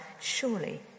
Surely